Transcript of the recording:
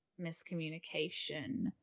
miscommunication